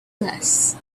less